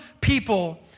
people